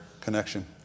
connection